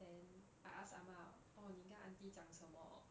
then I ask 阿嬤 oh 妳跟 aunty 讲什么